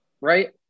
right